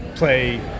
play